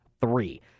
Three